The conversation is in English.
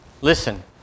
listen